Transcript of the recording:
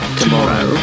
tomorrow